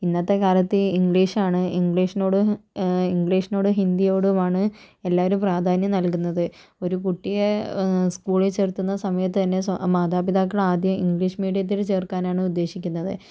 ഇന്നത്തെ കാലത്ത് ഇംഗ്ലീഷാണ് ഇംഗ്ലീഷിനോടും ഇംഗ്ലീഷിനോടും ഹിന്ദിയോടുമാണ് എല്ലാവരും പ്രാധാന്യം നൽകുന്നത് ഒരു കുട്ടിയെ സ്കൂളിൽ ചേർക്കുന്ന സമയത്ത് തന്നെ മാതാപിതാക്കൾ ആദ്യം ഇംഗ്ലീഷ് മീഡിയത്തിൽ ചേർക്കാനാണ് ഉദ്ദേശിക്കുന്നത്